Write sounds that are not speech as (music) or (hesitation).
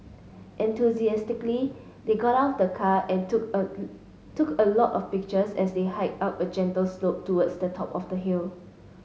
enthusiastically they got out of the car and took a (hesitation) took a lot of pictures as they hiked up a gentle slope towards the top of the hill